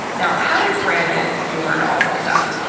now, how did brandon learn all of this stuff?